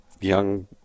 young